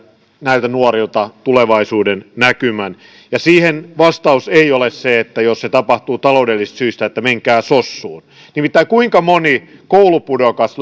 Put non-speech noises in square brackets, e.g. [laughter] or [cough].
näiltä nuorilta tulevaisuudennäkymän ja siihen vastaus ei ole se jos se tapahtuu taloudellisista syistä että menkää sossuun nimittäin kuinka moni koulupudokas [unintelligible]